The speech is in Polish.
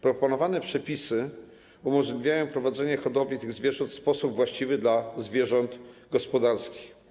Proponowane przepisy umożliwiają prowadzenie hodowli tych zwierząt w sposób właściwy dla zwierząt gospodarskich.